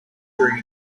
during